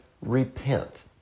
repent